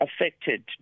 affected